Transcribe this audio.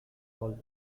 all